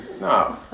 No